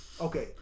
Okay